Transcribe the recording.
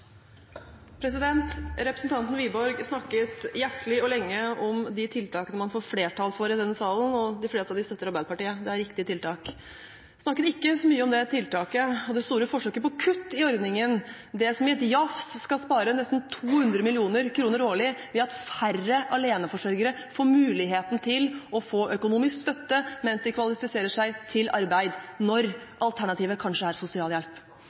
replikkordskifte. Representanten Wiborg snakket hjertelig og lenge om tiltakene man får flertall for i denne salen. De fleste av disse støtter Arbeiderpartiet – det er riktige tiltak. Han snakket ikke så mye om tiltaket – det store forsøket på kutt i ordningen – der man i et jafs skal spare nesten 200 mill. kr årlig ved at færre aleneforsørgere får mulighet til å få økonomisk støtte mens de kvalifiserer seg til arbeid – når alternativet kanskje er